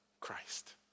Christ